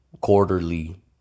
quarterly